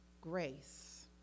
grace